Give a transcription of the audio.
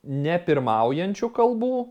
ne pirmaujančių kalbų